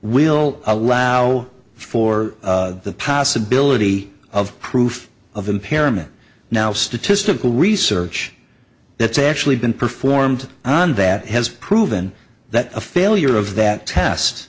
will allow for the possibility of proof of impairment now statistical research that's actually been performed on that has proven that a failure of that test